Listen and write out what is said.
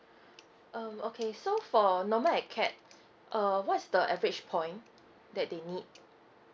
um okay so for normal acad uh what is the average point that they need